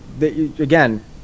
Again